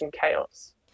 chaos